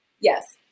Yes